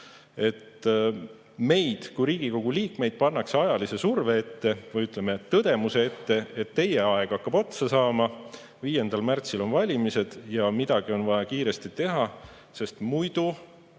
Meid kui Riigikogu liikmeid pannakse ajalise surve või, ütleme, tõdemuse ette, et teie aeg hakkab otsa saama, 5. märtsil on valimised ja midagi on vaja kiiresti teha, sest muidu